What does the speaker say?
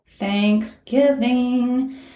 Thanksgiving